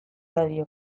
badio